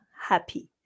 happy